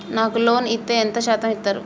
నాకు లోన్ ఇత్తే ఎంత శాతం ఇత్తరు?